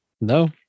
no